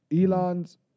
Elon's